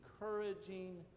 encouraging